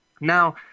Now